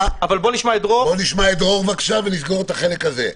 נשמע את דרור, בבקשה, ונסגור את החלק הזה.